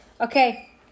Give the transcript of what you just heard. Okay